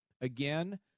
again